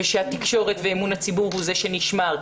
ושהתקשורת ואמון הציבור הוא זה שנשמר,